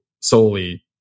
solely